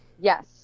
yes